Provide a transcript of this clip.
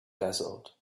dazzled